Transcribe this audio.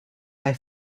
bei